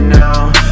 now